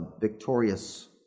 Victorious